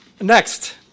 next